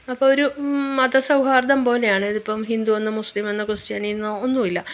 അപ്പൊരു മതസൗഹാർദ്ദം പോലെയാണ് ഇതിപ്പം ഹിന്ദുവെന്നോ മുസ്ലിമെന്നോ ക്രിസ്തിയാനിയെന്നോ ഒന്നുമില്ല